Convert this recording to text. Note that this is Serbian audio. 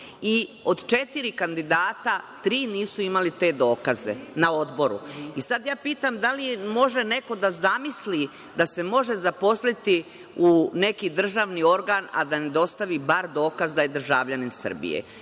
Od četiri kandidata tri nisu imali te dokaze na Odboru. Sad ja pitam - da li može neko da zamisli da se može zaposliti u neki državni organ, a da ne dostavi bar dokaz da je državljanin Srbije? Rečeno